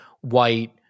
White